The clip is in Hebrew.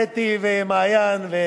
אתי ומעיין,